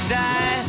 die